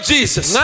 Jesus